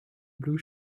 blue